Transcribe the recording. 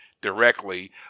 directly